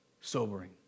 sobering